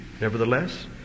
Nevertheless